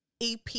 EP